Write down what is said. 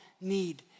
need